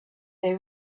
they